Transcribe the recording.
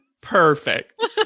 perfect